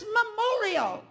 memorial